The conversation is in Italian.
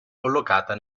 collocata